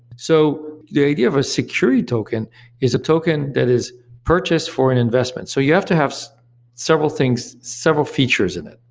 so the idea of a security token is a token that is purchased for an investment. so you have to have so several things, several features in it,